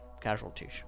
casualties